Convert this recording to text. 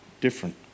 Different